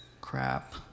crap